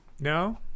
No